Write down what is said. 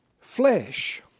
Flesh